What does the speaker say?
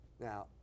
Now